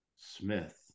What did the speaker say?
Smith